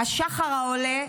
השחר העולה,